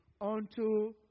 unto